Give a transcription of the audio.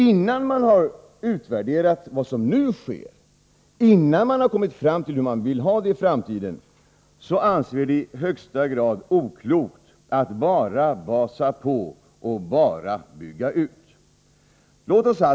Innan man har utvärderat vad som nu sker, innan man har kommit fram till hur man vill ha det i framtiden anser vi det i högsta grad oklokt att bara basa på och bygga ut.